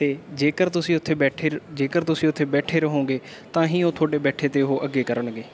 ਅਤੇ ਜੇਕਰ ਤੁਸੀਂ ਉੱਥੇ ਬੈਠੇ ਜੇਕਰ ਤੁਸੀਂ ਉੱਥੇ ਬੈਠੇ ਰਹੋਂਗੇ ਤਾਂ ਹੀ ਉਹ ਤੁਹਾਡੇ ਬੈਠੇ 'ਤੇ ਉਹ ਅੱਗੇ ਕਰਨਗੇ